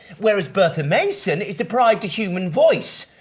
whereas bertha mason is deprived a human voice.